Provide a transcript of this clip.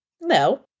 No